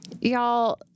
y'all